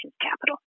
capital